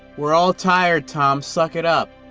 we're all tired tom, suck it up!